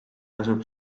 asub